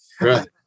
Right